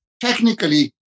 Technically